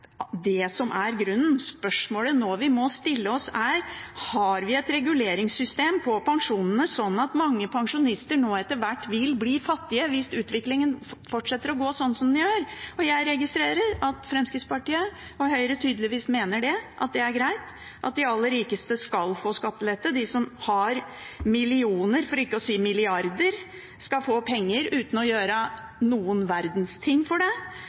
det som er grunnen. Spørsmålet vi nå må stille oss, er: Har vi et reguleringssystem på pensjonene som fører til at mange pensjonister nå etter hvert vil bli fattige, hvis utviklingen fortsetter slik som den gjør? Jeg registrerer at Fremskrittspartiet og Høyre tydeligvis mener at det er greit at de aller rikeste skal få skattelette, at de som har millioner, for ikke å si milliarder, skal få penger uten å gjøre noen verdens ting for det,